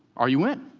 are you in?